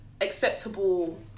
acceptable